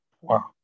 Wow